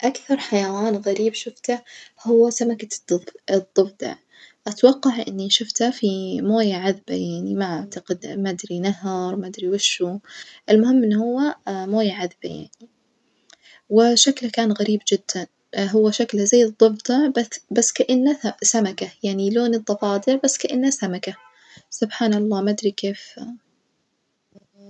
أكثر حيوان غريب شفته هو سمكة الظف الظفدع، أتوقع إني شوفتع في موية عذبة يعني ما أعتقد ما أدري نهر ما أدري ويش شو، المهم إن هو موية عذبة يعني وشكله كان غريب جدًا، هو شكله زي الظفدع بث بس كأنه سمكة يعني لون الظفادع بس كأنه سمكة، سبحان الله ما أدري كيف!